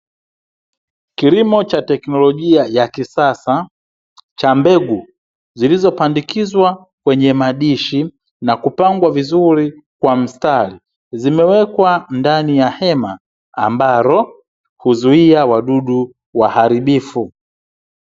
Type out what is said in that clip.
Kilimo cha teknolojia ya kisasa cha mbegu zilizopandikizwa kwenye madishi na kupangwa vizuri kwa mstari, zimewekwa ndani ya hema ambalo huzuia wadudu waharibifu.